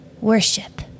worship